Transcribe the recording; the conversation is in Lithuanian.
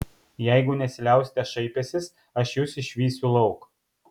jeigu nesiliausite šaipęsis aš jus išvysiu lauk